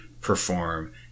perform